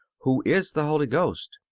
who is the holy ghost?